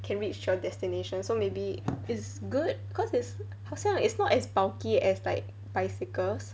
can reach your destination so maybe is good cause it's 好像 is not as bulky as like bicycles